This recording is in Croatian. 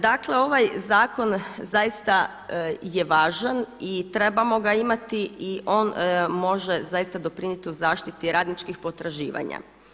Dakle, ovaj zakon zaista je važan i trebamo ga imati i on može zaista doprinijeti zaštiti radničkih potraživanja.